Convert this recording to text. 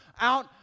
out